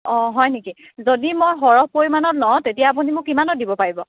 অঁ হয় নেকি যদি মই সৰহ পৰিমাণত লওঁ তেতিয়া আপুনি মোক কিমানত দিব পাৰিব